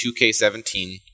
2K17